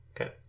okay